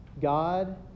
God